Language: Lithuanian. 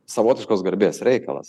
savotiškos garbės reikalas